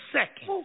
second